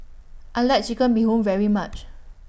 I like Chicken Bee Hoon very much